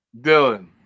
Dylan